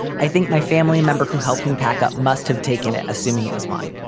i think my family member who helped me pack up must have taken it assuming it was mine.